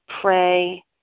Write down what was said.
pray